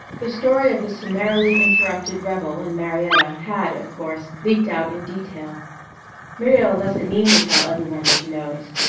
the story of the summarily interrupted revel in marietta had, of course, leaked out in detail muriel doesn't mean to tell every one she knows,